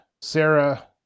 sarah